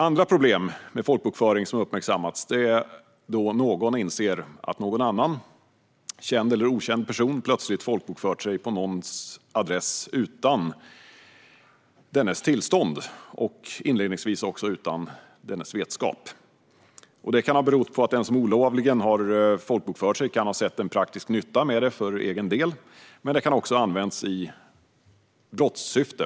Andra problem med folkbokföring som har uppmärksammats är då en person inser att någon annan, känd eller okänd, person plötsligt har folkbokfört sig på ens adress utan ens tillstånd och inledningsvis också utan ens vetskap. Det kan ha berott på att den som olovligen har folkbokfört sig kan ha sett en praktisk nytta med det för sin egen del, men det kan också ha använts i brottssyfte.